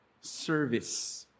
service